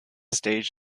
stage